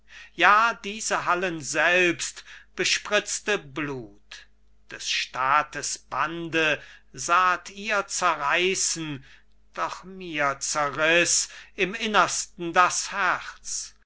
ja diese hallen selbst bespritzte blut des staates bande sahet ihr zerreißen doch mir zerriß im innersten das herz ihr